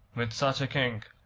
with such a king,